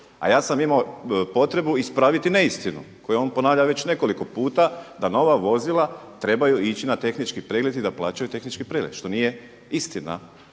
A ja sam imao potrebu ispraviti neistinu koju on ponavlja već nekoliko puta da nova vozila trebaju ići na tehnički pregled i da plaćaju tehnički pregled što nije istina.